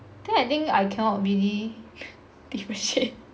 then I think I cannot really differentiate